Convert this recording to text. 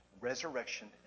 resurrection